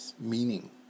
meaning